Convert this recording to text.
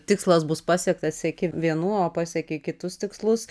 tikslas bus pasiektas iki vienų o pasiekei kitus tikslus